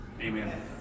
Amen